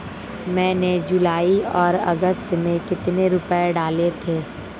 मैंने जुलाई और अगस्त में कितने रुपये डाले थे?